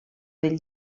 del